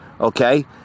okay